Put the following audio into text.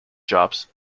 schools